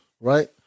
Right